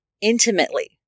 intimately